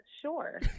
Sure